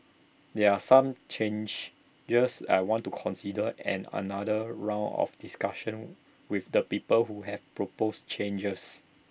there are some changes years I want to consider and another round of discussion with the people who have proposed changes